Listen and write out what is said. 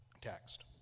text